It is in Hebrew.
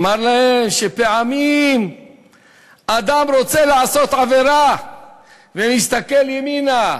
אמר להם: שפעמים אדם רוצה לעשות עבירה ומסתכל ימינה,